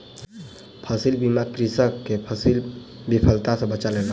फसील बीमा कृषक के फसील विफलता सॅ बचा लेलक